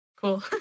Cool